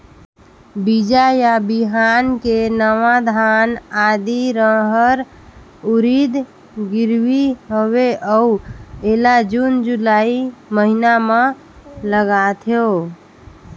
बीजा या बिहान के नवा धान, आदी, रहर, उरीद गिरवी हवे अउ एला जून जुलाई महीना म लगाथेव?